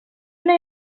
una